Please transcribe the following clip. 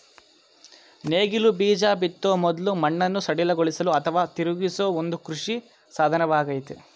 ನೇಗಿಲು ಬೀಜ ಬಿತ್ತೋ ಮೊದ್ಲು ಮಣ್ಣನ್ನು ಸಡಿಲಗೊಳಿಸಲು ಅಥವಾ ತಿರುಗಿಸೋ ಒಂದು ಕೃಷಿ ಸಾಧನವಾಗಯ್ತೆ